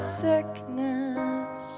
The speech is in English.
sickness